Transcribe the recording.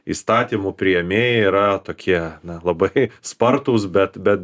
įstatymų priėmėjai yra tokie na labai spartūs bet bet